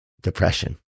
depression